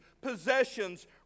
possessions